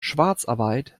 schwarzarbeit